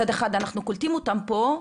מצד אחד אנחנו קולטים אותם פה,